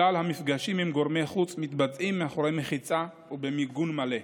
כלל המפגשים עם גורמי חוץ מתבצעים מאחורי מחיצה ובמיגון מלא,